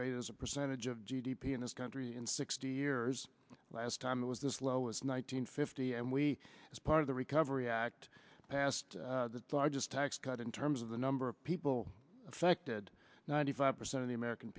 rate as a percentage of g d p in this country in sixty years last time it was this low was nine hundred fifty and we as part of the recovery act passed the largest tax cut in terms of the number of people affected ninety five percent of the american